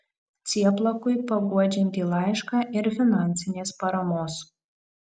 cieplakui paguodžiantį laišką ir finansinės paramos